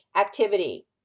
activity